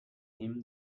him